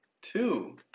two